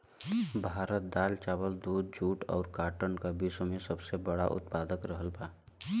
भारत दाल चावल दूध जूट और काटन का विश्व में सबसे बड़ा उतपादक रहल बा